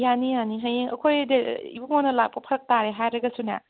ꯌꯥꯅꯤ ꯌꯥꯅꯤ ꯍꯌꯦꯡ ꯑꯩꯈꯣꯏ ꯏꯕꯨꯡꯉꯣꯅ ꯂꯥꯛꯄ ꯐꯔꯛ ꯇꯥꯔꯦ ꯍꯥꯏꯔꯒꯁꯨꯅꯦ